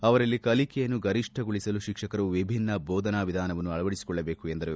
ಅವರಲ್ಲಿ ಕಲಿಕೆಯನ್ನು ಗರಿಷ್ಠಗೊಳಿಸಲು ಶಿಕ್ಷಕರು ವಿಭಿನ್ನ ಬೋಧನಾ ವಿಧಾನವನ್ನು ಅಳವಡಿಸಿಕೊಳ್ಳಬೇಕು ಎಂದರು